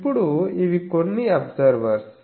ఇప్పుడు ఇవి కొన్ని అబ్సర్వర్స్